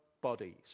bodies